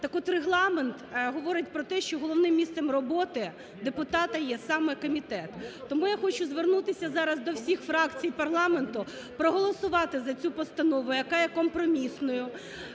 Так от Регламент говорить про те, що головним місцем роботи депутата є саме комітет. Тому я хочу звернутися зараз до всіх фракцій парламенту проголосувати за цю постанову, яка є компромісною.